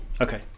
okay